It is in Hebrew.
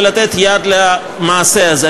ולתת יד למעשה הזה.